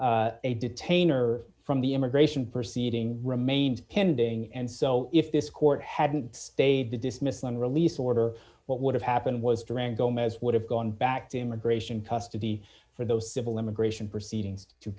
a detainer from the immigration proceeding remained pending and so if this court had stayed the dismissal and released order what would have happened was durango mez would have gone back to immigration custody for those civil immigration proceedings to